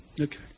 Okay